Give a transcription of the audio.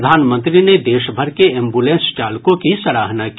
प्रधानमंत्री ने देशभर के एम्बुलेंस चालकों की सराहना की